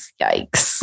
yikes